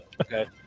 Okay